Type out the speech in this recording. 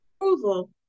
approval